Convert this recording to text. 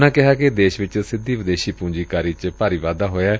ਉਨ੍ਹਾਂ ਕਿਹਾ ਕਿ ਦੇਸ਼ ਵਿਚ ਸਿੱਧੀ ਵਿਦੇਸ਼ੀ ਪੁੰਜੀਕਾਰੀ ਚ ਭਾਰੀ ਵਾਧਾ ਹੋਇਐ